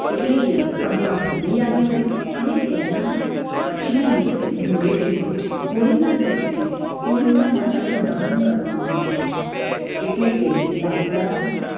એટલે કે પહેલાં હોળી આવે છે અને તેના પછીના દિવસે ધૂળેટી હોય છે હોળીના દિવસે હોલિકા માતાનું દહન કરવામાં આવે છે એટલે કે લાકડાં